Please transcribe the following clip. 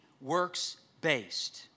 works-based